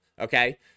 okay